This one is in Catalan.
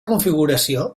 configuració